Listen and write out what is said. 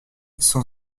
cent